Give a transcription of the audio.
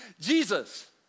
Jesus